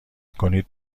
کنید